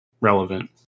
relevant